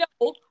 No